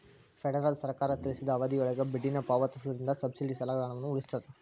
federal ಸರ್ಕಾರ ತಿಳಿಸಿದ ಅವಧಿಯೊಳಗ ಬಡ್ಡಿನ ಪಾವತಿಸೋದ್ರಿಂದ ಸಬ್ಸಿಡಿ ಸಾಲಗಳ ಹಣವನ್ನ ಉಳಿಸ್ತದ